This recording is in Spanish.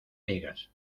digas